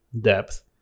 depth